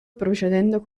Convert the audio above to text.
procedendo